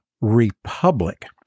republic